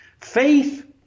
Faith